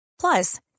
Plus